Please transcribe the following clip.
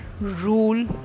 rule